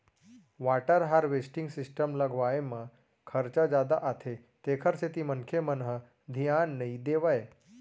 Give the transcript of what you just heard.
water harvesting system लगवाए म खरचा जादा आथे तेखर सेती मनखे मन ह धियान नइ देवय